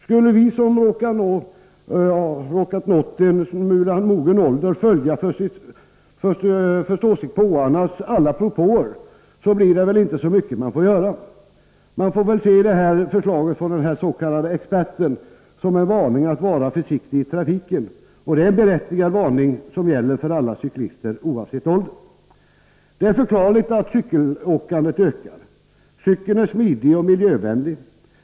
Skulle vi som råkat ha nått en smula mogen ålder följa förståsigpåarnas alla propåer, blir det väl inte så mycket man får göra. Man får väl se förslaget från den här s.k. experten som en varning att vara försiktig i trafiken. Det är en berättigad varning, som gäller för alla cyklister oavsett ålder. Det är förklarligt att cykelåkandet ökar. Cykeln är smidig och miljövänlig.